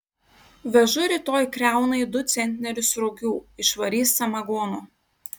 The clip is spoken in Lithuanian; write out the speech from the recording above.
vežu rytoj kriaunai du centnerius rugių išvarys samagono